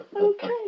Okay